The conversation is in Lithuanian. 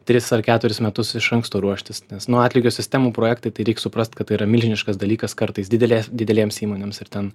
tris ar keturis metus iš anksto ruoštis nes nu atlygio sistemų projektai tai reik suprast kad tai yra milžiniškas dalykas kartais didelė didelėms įmonėms ir ten